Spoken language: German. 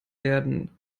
werden